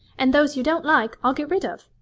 and those you don't like i'll get rid of.